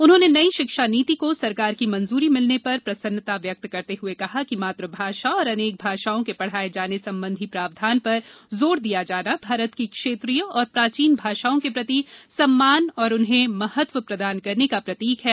उन्होंने नई शिक्षा नीति को सरकार की मंजूरी मिलने पर प्रसन्नता व्यक्त करते हुए कहा कि मातृभाषा और अनेक भाषाओं के पढ़ाये जाने संबंधी प्रावधान पर जोर दिया जाना भारत की क्षेत्रीय और प्राचीन भाषाओं के प्रति सम्मान और उन्हें महत्व प्रदान करने का प्रतीक है